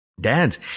dads